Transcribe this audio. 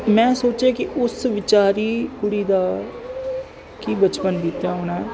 ਮੈਂ ਸੋਚਿਆ ਕਿ ਉਸ ਵਿਚਾਰੀ ਕੁੜੀ ਦਾ ਕੀ ਬਚਪਨ ਬੀਤਿਆ ਹੋਣਾ